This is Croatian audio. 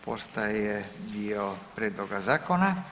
Postaje dio prijedloga zakona.